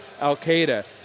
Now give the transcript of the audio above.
Al-Qaeda